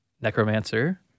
Necromancer